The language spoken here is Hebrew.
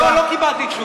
לא, לא קיבלתי תשובה.